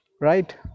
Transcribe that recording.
right